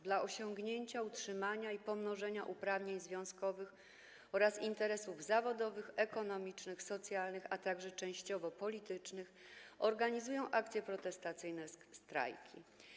Dla osiągnięcia, utrzymania i pomnożenia uprawnień związkowych oraz interesów zawodowych, ekonomicznych, socjalnych, a także częściowo politycznych organizują akcje protestacyjne - strajki.